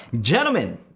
Gentlemen